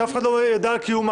שאף אחד לא ידע על קיומה.